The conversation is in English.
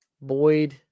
Boyd